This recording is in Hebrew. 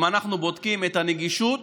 אם אנחנו בודקים את הנגישות